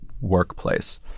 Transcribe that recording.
workplace